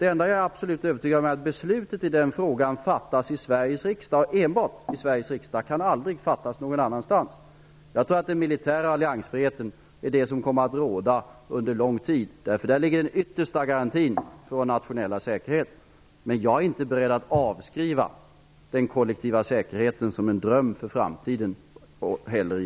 Det enda jag är absolut övertygad om är att beslut i den frågan fattas i Sveriges riksdag, och enbart i Sveriges riksdag. Det kan aldrig fattas någon annanstans. Jag tror att den militära alliansfriheten är det som kommer att råda under lång tid. Där ligger den yttersta garantin för vår nationella säkerhet. Men jag är inte beredd att avskriva den kollektiva säkerheten som en dröm för framtiden också i